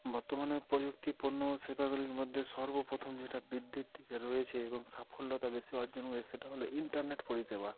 বর্তমানে প্রযুক্তি পণ্য সেবাগুলির মধ্যে সর্বপ্রথম যেটা বৃদ্ধির দিকে রয়েছে এবং সাফল্যতা বেশি অর্জন হয় সেটা হলো ইন্টারনেট পরিষেবা